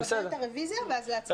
לקבל את הרוויזיה ואז להצביע על הנושא.